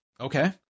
Okay